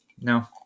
no